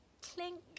Clink